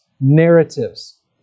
narratives